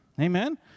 Amen